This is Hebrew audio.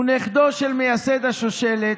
הוא נכדו של מייסד השושלת,